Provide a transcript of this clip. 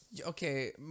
Okay